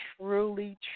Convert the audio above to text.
truly